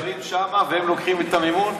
החובות נשארים שם והם לוקחים את המימון?